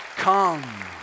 come